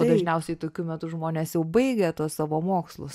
o dažniausiai tokiu metu žmonės jau baigia tuos savo mokslus